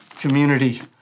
community